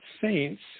saints